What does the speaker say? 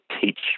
teach